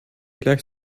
gleich